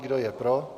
Kdo je pro?